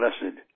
blessed